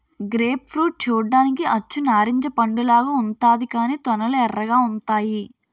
grape fruit చూడ్డానికి అచ్చు నారింజ పండులాగా ఉంతాది కాని తొనలు ఎర్రగా ఉంతాయి